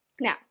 Now